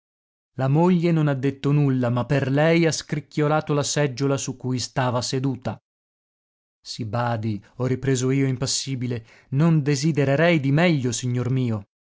la moglie non ha detto nulla ma per lei ha scricchiolato la seggiola su cui stava seduta sì badi ho ripreso io impassibile non desidererei di meglio signor mio